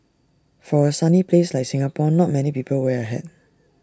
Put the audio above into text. for A sunny place like Singapore not many people wear A hat